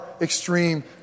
extreme